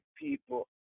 people